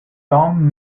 tom